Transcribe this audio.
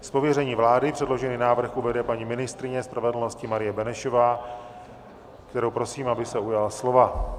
Z pověření vlády předložený návrh uvede paní ministryně spravedlnosti Marie Benešová, kterou prosím, aby se ujala slova.